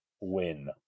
win